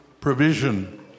provision